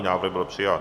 Návrh byl přijat.